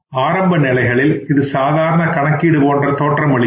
ஆரம்ப நிலைகளில் இது சாதாரண கணக்கீடு போன்ற தோற்றமளிக்கும்